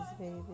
baby